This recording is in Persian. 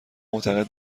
معتقد